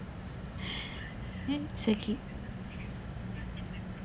so cute